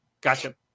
Gotcha